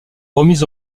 remises